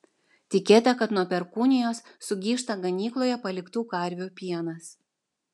tikėta kad nuo perkūnijos sugyžta ganykloje paliktų karvių pienas